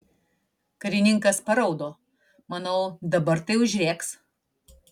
karininkas paraudo manau dabar tai užrėks